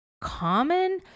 common